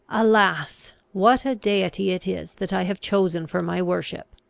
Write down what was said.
alas! what a deity it is that i have chosen for my worship!